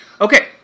Okay